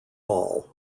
hall